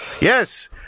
yes